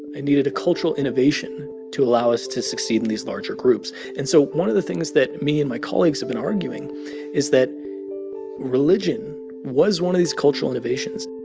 and needed a cultural innovation to allow us to succeed in these larger groups. and so one of the things that me and my colleagues have been arguing is that religion was one of these cultural innovations